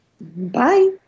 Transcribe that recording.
Bye